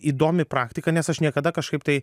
įdomi praktika nes aš niekada kažkaip tai